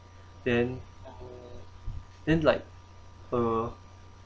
then then like uh